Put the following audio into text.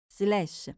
slash